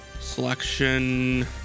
Selection